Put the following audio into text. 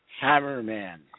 Hammerman